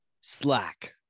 Slack